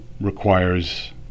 requires